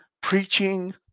preaching